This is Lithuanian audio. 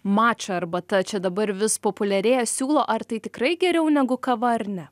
mača arbata čia dabar vis populiarėja siūlo ar tai tikrai geriau negu kava ar ne